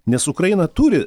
nes ukraina turi